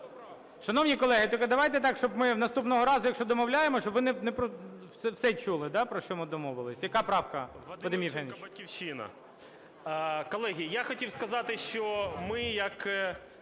Шановні колеги, тільки давайте так, щоб ми наступного разу, якщо домовляємося, щоб ви... Всі чули, да, про що ми домовились. Яка правка, Вадиме Євгеновичу?